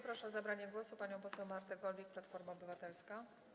Proszę o zabranie głosu panią poseł Martę Golbik, Platforma Obywatelska.